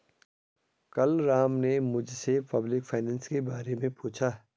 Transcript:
कल राम ने मुझसे पब्लिक फाइनेंस के बारे मे पूछा